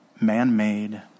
man-made